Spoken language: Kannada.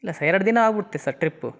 ಇಲ್ಲ ಸರ್ ಎರಡು ದಿನ ಆಗಿ ಬಿಡ್ತೆ ಸರ್ ಟ್ರಿಪ್ಪು